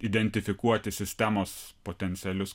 identifikuoti sistemos potencialius